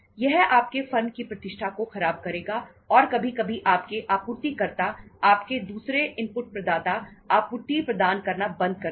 यह आपके फर्म की प्रतिष्ठा को खराब करेगा और कभी कभी आपके आपूर्तिकर्ता आपके दूसरे इनपुट प्रदाता आपूर्ति प्रदान करना बंद कर देंगे